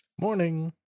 morning